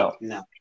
No